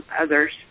others